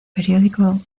periódico